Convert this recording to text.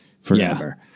forever